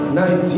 19